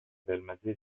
المزيد